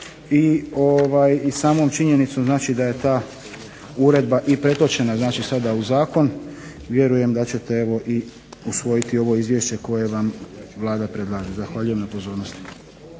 i samom činjenicom da je ta uredba i pretočena sada u zakon vjerujem da ćete i usvojiti ovo izvješće koje vam Vlada predlaže. Zahvaljujem na pozornosti.